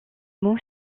mot